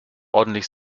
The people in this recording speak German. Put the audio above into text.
ordentlich